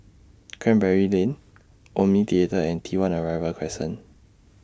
Canberra Lane Omni Theatre and T one Arrival Crescent